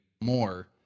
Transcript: more